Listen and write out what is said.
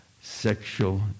sexual